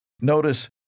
Notice